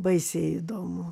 baisiai įdomu